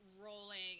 rolling